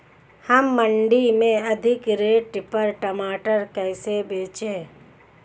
हम मंडी में अधिक रेट पर टमाटर कैसे बेचें?